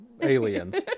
aliens